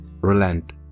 relent